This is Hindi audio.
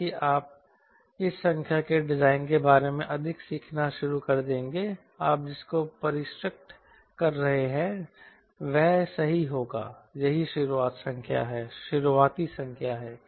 जैसा कि आप इस संख्या के डिजाइन के बारे में अधिक सीखना शुरू कर देंगे आप जिसको परिष्कृत कर रहे हैं वह सही होगा यह शुरुआती संख्या है